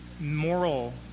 moral